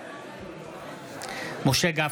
בעד משה גפני,